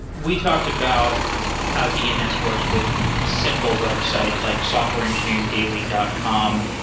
we talked about how dns works with a simple website, like softwareengineeringdaily dot com.